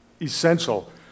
essential